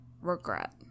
regret